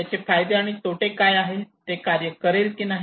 त्याचे फायदे आणि तोटे काय आहेत ते कार्य करेल की नाही